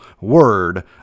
word